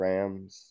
Rams